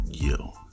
Yo